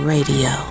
Radio